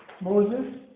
Moses